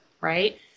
right